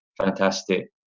fantastic